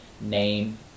name